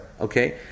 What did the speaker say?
okay